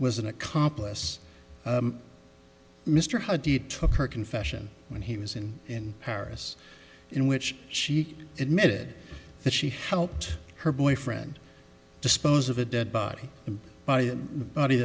was an accomplice mr hardy took her confession when he was in in paris in which she admitted that she helped her boyfriend dispose of a dead body and the body